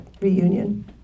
reunion